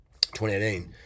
2018